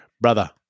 brother